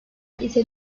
ise